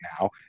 now